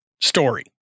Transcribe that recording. story